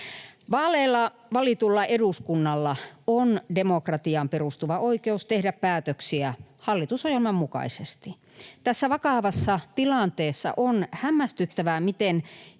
Vaaleilla valitulla eduskunnalla on demokratiaan perustuva oikeus tehdä päätöksiä hallitusohjelman mukaisesti. Tässä vakavassa tilanteessa on hämmästyttävää, miten